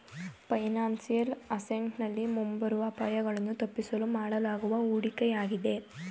financial asset ನಲ್ಲಿ ಮುಂಬರುವ ಅಪಾಯಗಳನ್ನು ತಪ್ಪಿಸಲು ಮಾಡಲಾಗುವ ಹೂಡಿಕೆಯಾಗಿದೆ